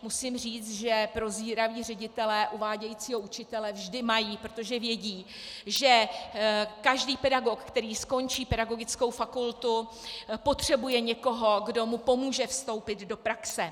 Musím říct, že prozíraví ředitelé uvádějícího učitele vždy mají, protože vědí, že každý pedagog, který skončí pedagogickou fakultu, potřebuje někoho, kdo mu pomůže vstoupit do praxe.